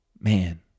man